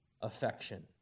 affection